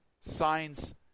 signs